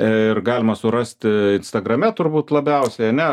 ir galima surasti instagrame turbūt labiausiai ane